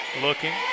Looking